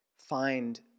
find